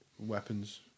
weapons